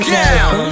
down